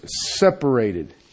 separated